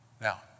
Now